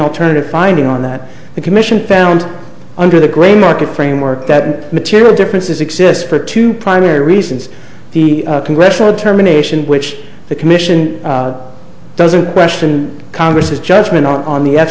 alternative finding on that the commission found under the gray market framework that material differences exist for two primary reasons the congressional determination which the commission doesn't question congress his judgment on the